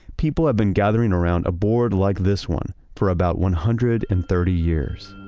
people have been gathering around a board like this one for about one hundred and thirty years